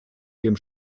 dem